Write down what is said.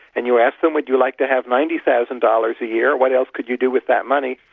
and you ask them, would you like to have ninety thousand dollars a year? what else could you do with that money?